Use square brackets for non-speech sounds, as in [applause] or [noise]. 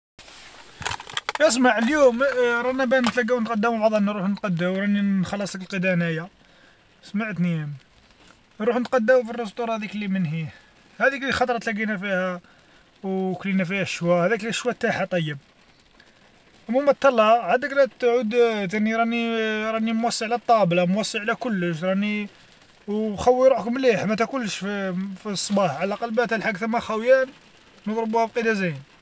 يا جماعة [noise] اليوم [hesitation] رانا باه نتلاقاو نتغداو مع بعضنا نروحو نتقداو راني نخلص لقدرا أنيا سمعتني؟ نروح نتقداو في مطعم هاذيك اللي منهيه، هاذيك الخطرة تلاقينا فيها وكلينا فيها الشوا هاذيك الشوا تاعها طيب، المهم أتهلا عدك لا تعود [hesitation] ثان راني [hesitation] راني موصي على الطابلة موصي على كلش راني أو خوي روحك مليح ما تاكلش في [hesitation] فالصباح عالاقل با تلحق ثما خاويان نضربوها بقدا زين.